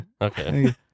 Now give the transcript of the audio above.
Okay